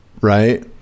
right